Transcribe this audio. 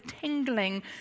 tingling